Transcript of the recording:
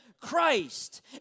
Christ